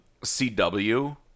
CW